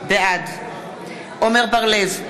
בעד עמר בר-לב,